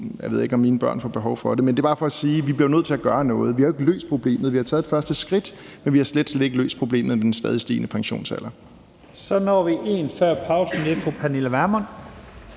ved jeg ikke, om mine børn får behov for det. Men det er bare for at sige, at vi bliver nødt til at gøre noget, for vi har jo ikke løst problemet. Vi har taget et første skridt, men vi har slet, slet ikke løst problemet med den stadig stigende pensionsalder. Kl. 17:58 Første næstformand